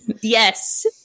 Yes